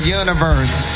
universe